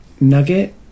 Nugget